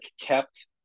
kept